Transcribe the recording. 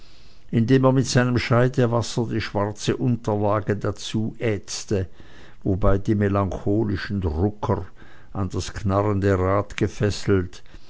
indem er mit seinem scheidewasser die schwarze unterlage dazu ätzte wobei die melancholischen drucker an das knarrende rad gefesselt